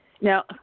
Now